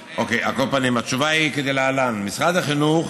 על כל פנים, התשובה היא כדלהלן: משרד החינוך